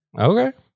Okay